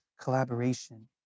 collaboration